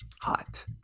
Hot